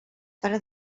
pare